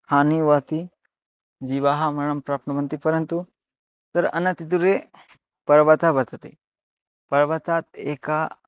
हानिः भवति जीवाः मरणं प्राप्नुवन्ति परन्तु तत्र अनतिदूरे पर्वतः वर्तते पर्वतात् एका